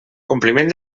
compliment